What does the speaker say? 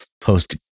post